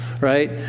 right